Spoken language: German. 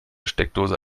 steckdose